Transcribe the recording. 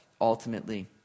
ultimately